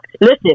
Listen